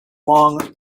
long